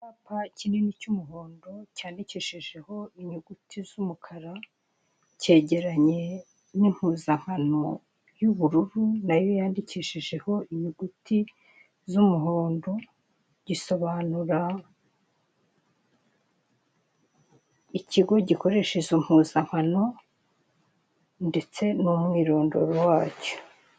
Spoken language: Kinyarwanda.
Icyapa kinini cy'umuhondo cyandikishijeho inyuguti z'umukara, cyegeranye n'impuzankano y'ubururu nayo yandikishijeho inyuguti z'umuhondo, gisobanu ikigo gikoresha izo mpuzankano ndetse n'umwirondoro wacyo.